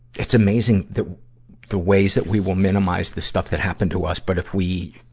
it's amazing the the ways that we will minimize the stuff that happened to us. but if we,